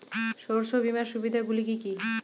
শস্য বীমার সুবিধা গুলি কি কি?